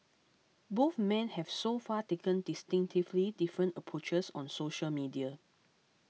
both men have so far taken distinctively different approaches on social media